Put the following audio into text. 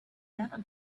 never